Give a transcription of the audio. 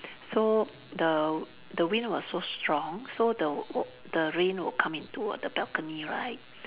so the the wind was so strong so the w~ the rain will come into the balcony right